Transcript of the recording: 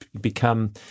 become